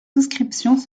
souscriptions